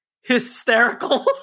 hysterical